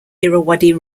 irrawaddy